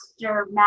master